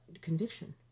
conviction